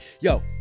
Yo